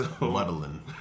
Muddling